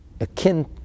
akin